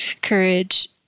courage